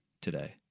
today